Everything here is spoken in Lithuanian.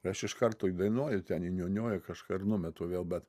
aš iš karto įdainuoju ten įniūniuoju kažką ir numetu vėl bet